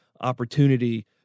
opportunity